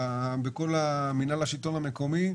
במינהל השלטון המקומי,